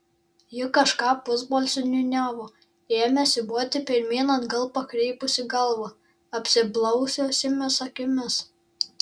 ji kažką pusbalsiu niūniavo ėmė siūbuoti pirmyn atgal pakreipusi galvą apsiblaususiomis akimis